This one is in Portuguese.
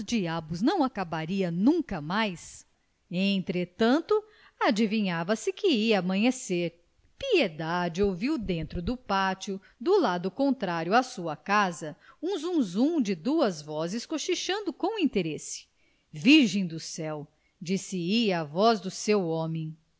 diachos não acabaria nunca mais entretanto adivinhava-se que ia amanhecer piedade ouviu dentro do pátio do lado contrário à sua casa um zunzum de duas vozes cochichando com interesse virgem do céu dir-se-ia a voz do seu homem